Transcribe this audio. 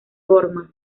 gormaz